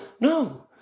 no